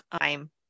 time